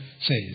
says